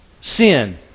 Sin